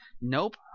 Nope